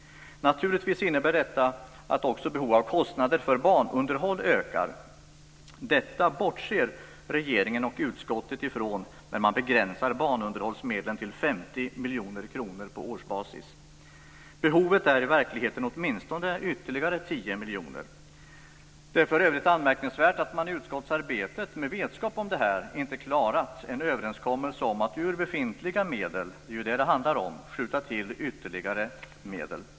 Naturligtvis innebär detta att också behov och kostnader för banunderhåll ökar. Detta bortser regeringen och utskottet från när man begränsar banunderhållsmedlen till 50 miljoner kronor på årsbasis. Behovet är i verkligheten åtminstone ytterligare 10 miljoner. Det är för övrigt anmärkningsvärt att man i utskottsarbetet med vetskap om detta inte klarat en överenskommelse om att ur befintliga medel - som det ju handlar om - skjuta till ytterligare medel.